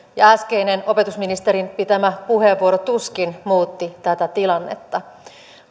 äskeinen opetusministerin pitämä puheenvuoro tuskin muutti tätä tilannetta